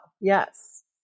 Yes